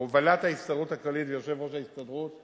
בהובלת ההסתדרות הכללית ויושב-ראש ההסתדרות,